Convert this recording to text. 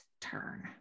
turn